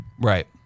Right